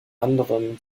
anderem